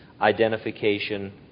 identification